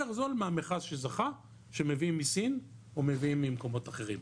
זול מהמכרז שזכה שמביאים מסין או מביאים ממקומות אחרים.